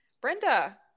brenda